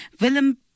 Willem